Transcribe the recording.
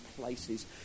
places